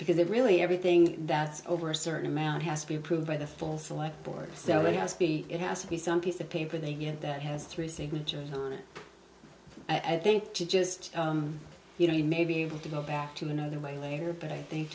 because it really everything that's over a certain amount has to be approved by the full select board so it has to be it has to be some piece of paper they get that has three signatures i think just you know you may be able to go back to another way later but i think